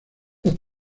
los